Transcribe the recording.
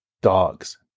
dogs